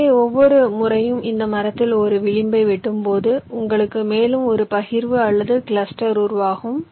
எனவே ஒவ்வொரு முறையும் இந்த மரத்தில் ஒரு விளிம்பை வெட்டும்போது உங்களுக்கு மேலும் ஒரு பகிர்வு அல்லது கிளஸ்டர் உருவாகும்